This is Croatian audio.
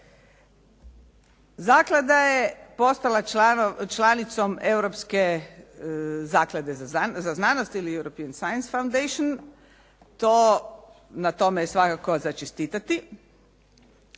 Zaklada je postala članicom Europske zaklade za znanost ili European Science Foundation. Na tome je svakako za čestitati.